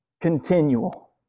Continual